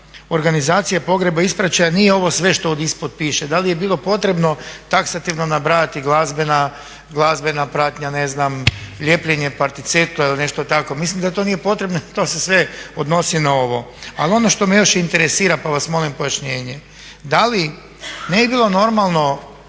organizacija pogreba ispraćaja nije ovo sve što od ispod piše? Da li je bilo potrebno taksativno nabrajati glazbena, glazbena pratnja, ne znam, lijepljenje …/Govornik se ne razumije./… ili nešto tako. Mislim da to nije potrebno jer to se sve odnosi na ovo. Ali ono što me još interesira pa vas molim pojašnjenje. Da li, ne bi li bilo normalno